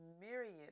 myriad